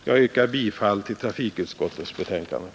Jag yrkar bifall till trafikutskottets hemställan.